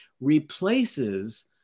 replaces